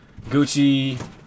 Gucci